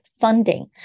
funding